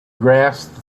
grasped